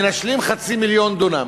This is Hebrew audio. מנשלים מחצי מיליון דונם.